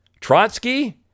Trotsky